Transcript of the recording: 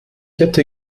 hätte